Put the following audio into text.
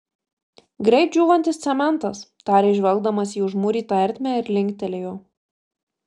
greit džiūvantis cementas tarė žvelgdamas į užmūrytą ertmę ir linktelėjo